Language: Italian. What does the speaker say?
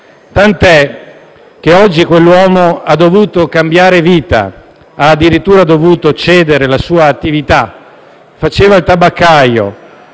tant'è che oggi quell'uomo ha dovuto cambiare vita; ha addirittura dovuto cedere la sua attività. Faceva il tabaccaio;